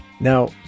Now